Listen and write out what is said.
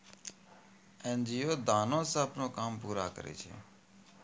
NGO दानो से अपनो काम पूरा करै छै